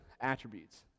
attributes